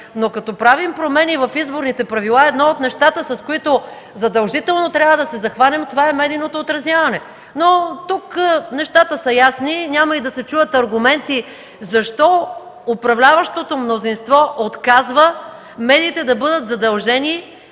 Но като правим промени в изборните правила, едно от нещата, с които задължително трябва да се захванем, е медийното отразяване! Тук нещата са ясни. Няма и да се чуят аргументи защо управляващото мнозинство отказва медиите да бъдат задължени